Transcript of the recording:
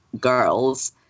girls